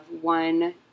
one